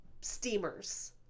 steamers